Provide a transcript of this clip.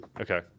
okay